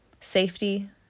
safety